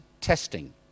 testing